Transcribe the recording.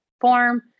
form